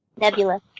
Nebula